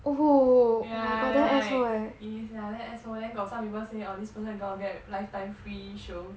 yeah right yeah sia damn asshole then got some people say oh this person gonna get lifetime free shows